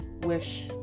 wish